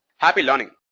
happy learning.